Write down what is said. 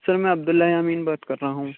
سر میں عبداللہ یامین بات کر رہا ہوں